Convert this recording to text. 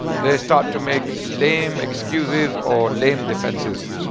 they start to make lame excuses or lame defenses.